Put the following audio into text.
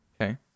okay